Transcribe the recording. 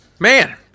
Man